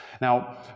Now